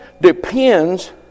depends